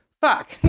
fuck